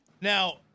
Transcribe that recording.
Now